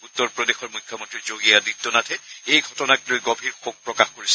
উত্তৰ প্ৰদেশৰ মুখ্যমন্ত্ৰী যোগী আদিত্য নাথে এই ঘটনাক লৈ গভীৰ শোক প্ৰকাশ কৰিছে